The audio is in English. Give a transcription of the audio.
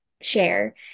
share